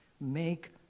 make